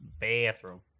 bathroom